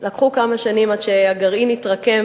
עברו כמה שנים עד שהגרעין התרקם